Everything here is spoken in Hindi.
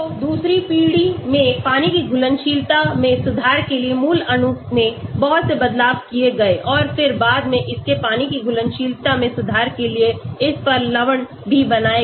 तो दूसरी पीढ़ी में पानी की घुलनशीलता में सुधार के लिए मूल अणु में बहुत से बदलाव किए गए और फिर बाद में इसके पानी की घुलनशीलता में सुधार के लिए इस पर लवण भी बनाए गए